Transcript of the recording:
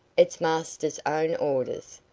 it's master's own orders,